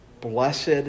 Blessed